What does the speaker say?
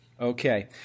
Okay